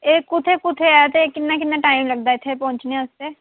एह् कु'त्थें कु'त्थें ऐ ते किन्ना किन्ना टाइम लगदा इत्थें पौंहचने आस्तै